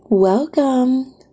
Welcome